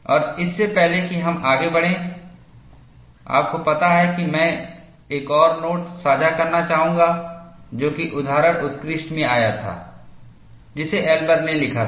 और इससे पहले कि हम आगे बढ़ें आपको पता है कि मैं एक और नोट साझा करना चाहूंगा जो कि उद्धरण उत्कृष्ट में आया था जिसे एल्बर ने लिखा था